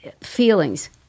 feelings